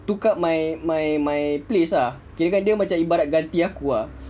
took up my my my place ah kirakan dia macam ibarat ganti aku ah